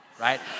right